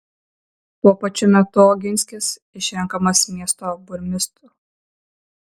tuo pačiu metu oginskis išrenkamas miesto burmistru